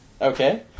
Okay